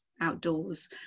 outdoors